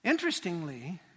Interestingly